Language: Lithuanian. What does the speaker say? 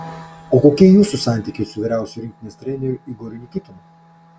o kokie jūsų santykiai su vyriausiuoju rinktinės treneriu igoriu nikitinu